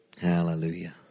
Hallelujah